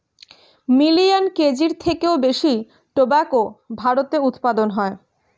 million কেজির থেকেও বেশি টোবাকো ভারতে উৎপাদন হয়